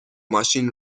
ماشین